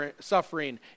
suffering